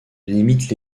limitent